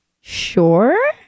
Sure